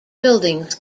buildings